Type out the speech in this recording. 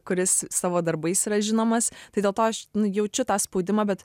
kuris savo darbais yra žinomas tai dėl to aš jaučiu tą spaudimą bet